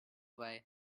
why